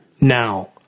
now